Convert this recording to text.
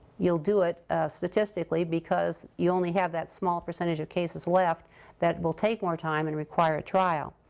you'll do it statistically because you only have that small percentage of cases left that will take more time and require a trial.